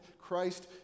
Christ